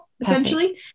essentially